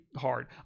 hard